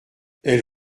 elle